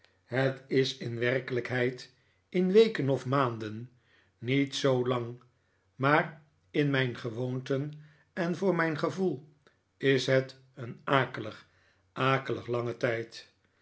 het is in werkelijkheid in weken of maanden niet zoo lang maar in mijn gewoonten en voor mijn gevoel is het een akelig akelig lange tijd